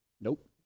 nope